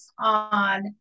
on